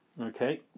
Okay